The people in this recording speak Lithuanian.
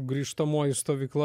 grįžtamoji stovykla